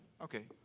Okay